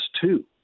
two